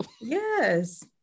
Yes